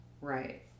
right